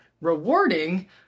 rewarding